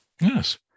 Yes